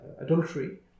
adultery